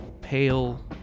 Pale